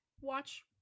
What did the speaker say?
watch